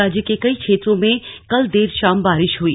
राज्य के कई क्षेत्रों में कल देर शाम बारिश हुई